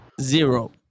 Zero